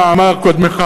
מה אמר קודמך.